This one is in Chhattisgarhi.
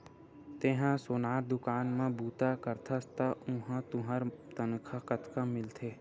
तेंहा सोनार दुकान म बूता करथस त उहां तुंहर तनखा कतका मिलथे?